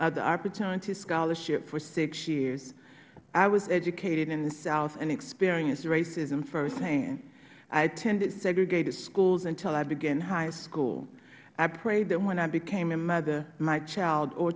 of the opportunity scholarship for six years i was educated in the south and experienced racism firsthand i attended segregated schools until i began high school i prayed that when i became a mother my child or